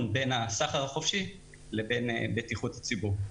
בין הסחר החופשי לבין בטיחות הציבור.